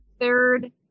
third